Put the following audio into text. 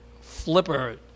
Flipper